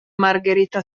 margherita